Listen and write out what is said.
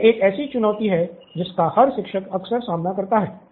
यह एक ऐसी चुनौती है जिसका हर शिक्षक अक्सर सामना करता हैं